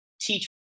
teach